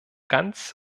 ganz